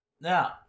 Now